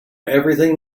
everything